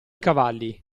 cavalli